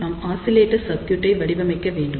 நாம் oscillator circuit ஐ வடிவமைக்க வேண்டும்